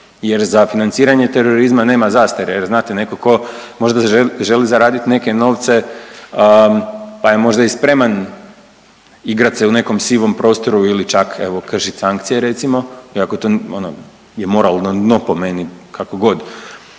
Jer za financiranje terorizma nema zastare. Jer znate netko tko možda želi zaraditi neke novce, pa je možda i spreman igrati se u nekom sivom prostoru ili čak evo kršiti sankcije recimo, iako to je ono moralno dno po meni kako god.